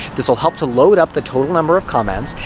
this'll help to load up the total number of comments,